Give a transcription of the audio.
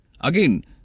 Again